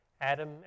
Adam